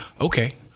okay